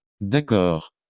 D'accord